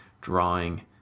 drawing